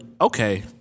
okay